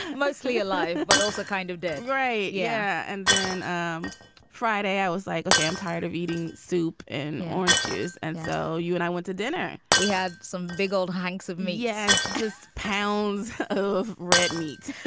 mostly alive, but also kind of dead, right? yeah. and then um friday i was like, okay, i'm tired of eating soup and orange juice. and so you and i went to dinner we had some big old hunks of meat. yes, just pounds of red meat.